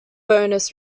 bonus